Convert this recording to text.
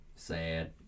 Sad